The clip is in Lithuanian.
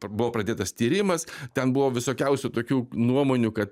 buvo pradėtas tyrimas ten buvo visokiausių tokių nuomonių kad